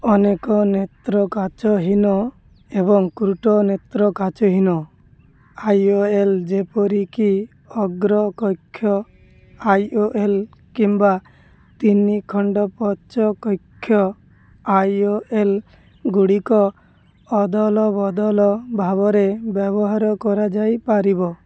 ଅନେକ ନେତ୍ର କାଚହୀନ ଏବଂ କୂଟ ନେତ୍ର କାଚହୀନ ଆଇ ଓ ଏଲ୍ ଯେପରିକି ଅଗ୍ର କକ୍ଷ ଆଇ ଓ ଏଲ୍ କିମ୍ବା ତିନି ଖଣ୍ଡ ପଶ୍ଚ କକ୍ଷ ଆଇଓଏଲ୍ଗୁଡ଼ିକ ଅଦଳବଦଳ ଭାବରେ ବ୍ୟବହାର କରାଯାଇପାରିବ